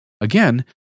again